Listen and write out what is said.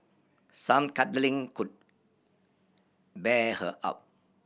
some cuddling could beer her up